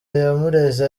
yamureze